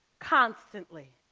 constantly.